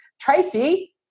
Tracy